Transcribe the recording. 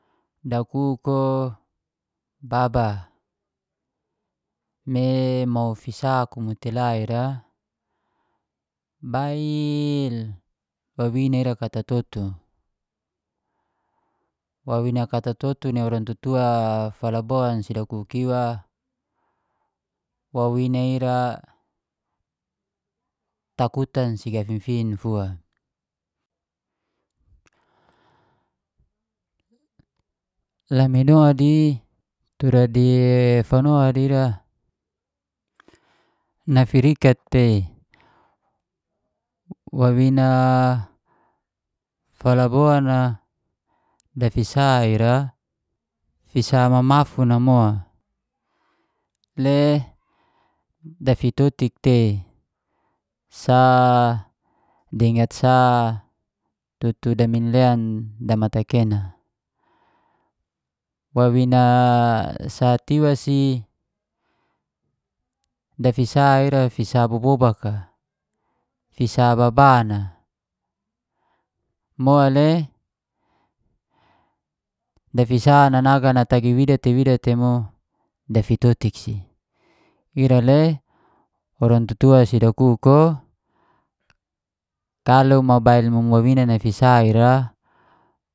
Dakuk o baba, me mau fisa kumu tela ira bail wawina ira katoto. Wawina katoto ni orang tatua falabon si dakuk iwa, wawina ira takutan si gafifin fua. Lamino di tura di fano di ira nafirikat tei. Wawina falabon na dafisa ira, fisa mamafun a mo le dafitotik tei. Sa dingat sa tutu daminlen damatekena, wawina sat iwa si dafisa ira fisa bobobak a fisa baban a mole dafisa nanagan ata wida te wida te mo dafitotik si ira le orang taua si dakuk o kalau mau mabail mumu wawina nai nafisa ira